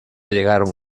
llegaron